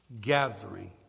gathering